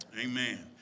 Amen